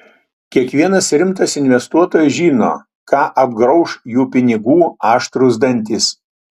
kiekvienas rimtas investuotojas žino ką apgrauš jų pinigų aštrūs dantys